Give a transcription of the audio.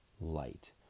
light